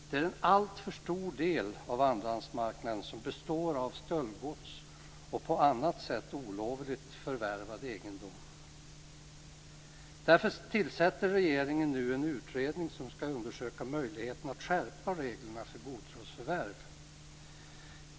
Det är en alltför stor del av andrahandsmarknaden som består av stöldgods och på annat sätt olovligt förvärvad egendom. Därför tillsätter regeringen nu en utredning som skall undersöka möjligheten att skärpa reglerna för godtrosförvärv.